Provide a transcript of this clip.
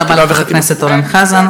תודה רבה לחבר הכנסת אורן חזן.